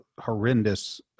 horrendous